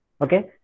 okay